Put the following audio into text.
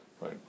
right